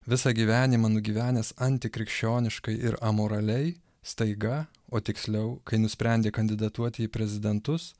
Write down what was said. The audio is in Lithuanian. visą gyvenimą nugyvenęs antikrikščioniškai ir amoraliai staiga o tiksliau kai nusprendė kandidatuoti į prezidentus